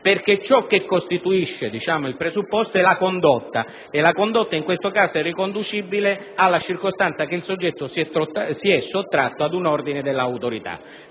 perché ciò che costituisce il presupposto è la condotta e la condotta in questo caso è riconducibile alla circostanza che il soggetto si sia sottratto ad un ordine dell'autorità.